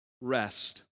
rest